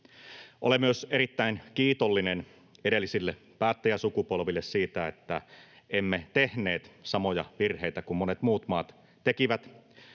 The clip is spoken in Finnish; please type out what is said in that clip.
Olen myös erittäin kiitollinen edellisille päättäjäsukupolville siitä, että emme tehneet samoja virheitä kuin monet muut maat tekivät.